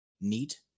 neat